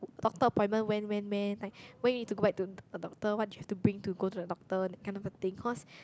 doctor appointment when when when like when you need to go back to the doctor what do you have to bring to go to the doctor that kind of thing cause